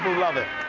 love it.